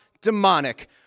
demonic